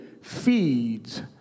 feeds